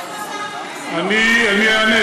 איפה,